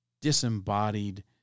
disembodied